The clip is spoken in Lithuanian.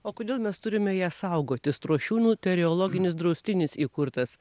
o kodėl mes turime ją saugoti strošiūnų teriologinis draustinis įkurtas